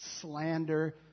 slander